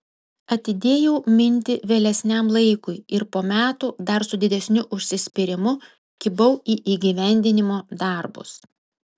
atidėjau mintį vėlesniam laikui ir po metų dar su didesniu užsispyrimu kibau į įgyvendinimo darbus